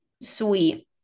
sweet